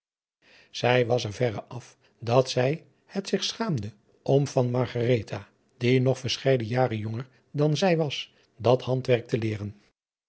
zij was er verre af dat zij het zich schaamde om van adriaan loosjes pzn het leven van hillegonda buisman margaretha die nog verscheiden jaren jonger dan zij was dat handwerk te leeren